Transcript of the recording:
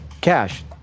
cash